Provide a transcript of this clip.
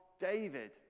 David